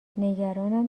نگرانند